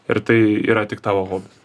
ir tai yra tik tavo hobis